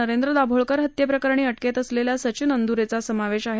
नरेंद्र दाभोळकर हत्येप्रकरणी अटकेत असलेल्या सचिन अंद्रेचा समावेश आहे